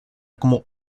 como